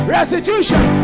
Restitution